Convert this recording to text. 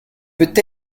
peut